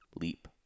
Leap